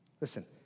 Listen